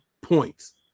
points